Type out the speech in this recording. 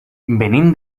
venim